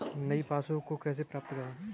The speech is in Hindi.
नई पासबुक को कैसे प्राप्त करें?